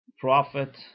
Prophet